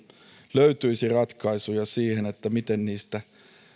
löytyisi ratkaisuja siihen miten